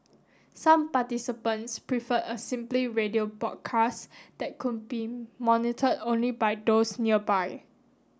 some participants preferred a simply radio broadcast that could be monitored only by those nearby